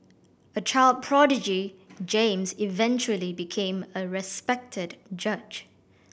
a child prodigy James eventually became a respected judge